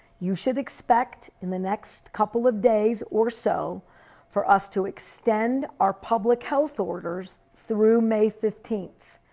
you should expect in the next couple of days or so for us to extend our public health borders through may fifteen.